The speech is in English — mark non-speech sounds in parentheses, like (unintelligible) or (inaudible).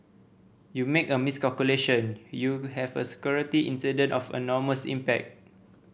you make a miscalculation you (unintelligible) have a security incident of enormous impact